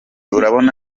urabona